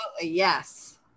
yes